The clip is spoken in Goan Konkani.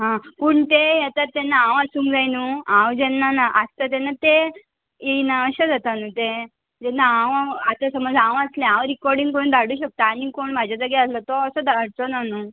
आं पूण ते येतात तेन्ना हांव आसूंक जाय न्हू हांव जेन्ना ना आसता तेन्ना ते येयना अशें जाता न्हू तें जेन्ना हांव आतां समज हांव आसलें हांव रिकॉर्डींग करून धाडूं शकता आनी कोण म्हाज्या जाग्यार आसलो तो असो धाडचो ना न्हू